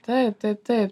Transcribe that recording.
taip taip taip